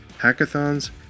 hackathons